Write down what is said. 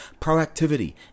proactivity